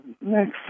Next